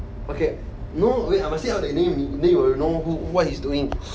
okay no wait I must say out the name then you will know who what he's doing